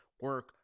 Work